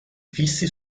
fissi